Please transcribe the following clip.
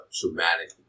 traumatic